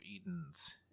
Eden's